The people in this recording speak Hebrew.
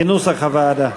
כנוסח הוועדה.